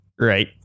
Right